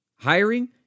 Hiring